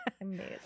Amazing